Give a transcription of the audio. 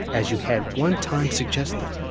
as you had one time suggested,